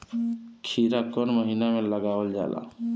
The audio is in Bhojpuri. खीरा कौन महीना में लगावल जाला?